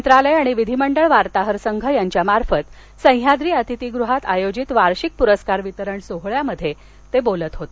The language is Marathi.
मंत्रालय आणि विधिमंडळ वार्ताहर संघ यांच्यामार्फत सद्याद्री अतिथीगृहात आयोजित वार्षिक पुरस्कार वितरण सोहळ्यात ते बोलत होते